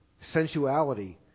sensuality